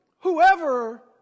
Whoever